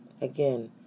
Again